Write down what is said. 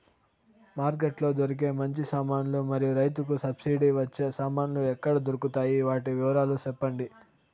Market లో దొరికే మంచి సామాన్లు మరియు రైతుకు సబ్సిడి వచ్చే సామాన్లు ఎక్కడ దొరుకుతాయి? వాటి వివరాలు సెప్పండి?